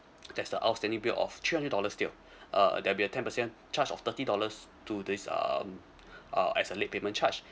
there's a outstanding bill of three hundred dollars deal uh there'll be a ten percent charge of thirty dollars to this um uh as a late payment charge